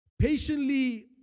patiently